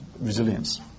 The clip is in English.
resilience